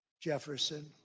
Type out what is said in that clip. Jefferson